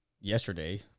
yesterday